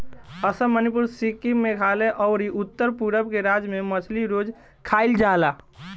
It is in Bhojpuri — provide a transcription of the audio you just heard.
असम, मणिपुर, सिक्किम, मेघालय अउरी उत्तर पूरब के राज्य में मछली रोज खाईल जाला